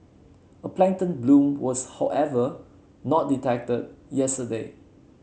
a plankton bloom was however not detected yesterday